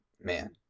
Man